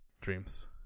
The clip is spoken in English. dreams